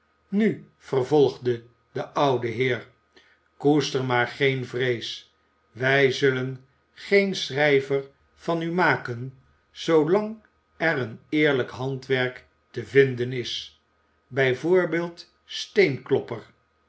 nu vervolgde de oude heer koester maar geen vrees wij zullen geen schrijver van u maken zoolang er een eerlijk handwerk te vinden is bij